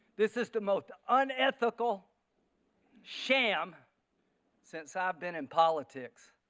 this is the most unethical sham since i have been in politics.